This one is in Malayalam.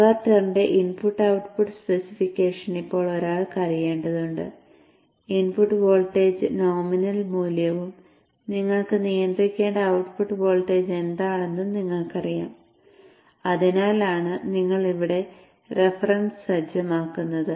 കൺവെർട്ടറിന്റെ ഇൻപുട്ട് ഔട്ട്പുട്ട് സ്പെസിഫിക്കേഷൻ ഇപ്പോൾ ഒരാൾക്ക് അറിയേണ്ടതുണ്ട് ഇൻപുട്ട് വോൾട്ടേജ് നോമിനൽ മൂല്യവും നിങ്ങൾക്ക് നിയന്ത്രിക്കേണ്ട ഔട്ട്പുട്ട് വോൾട്ടേജ് എന്താണെന്നും നിങ്ങൾക്കറിയാം അതിനാലാണ് നിങ്ങൾ ഇവിടെ റഫറൻസ് സജ്ജമാക്കുന്നത്